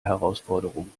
herausforderung